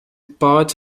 part